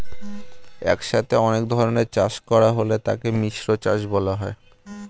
একসাথে অনেক ধরনের চাষ করা হলে তাকে মিশ্র চাষ বলা হয়